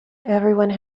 everyone